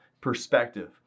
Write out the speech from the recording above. perspective